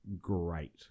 great